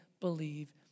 believe